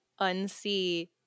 unsee